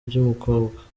y’umukobwa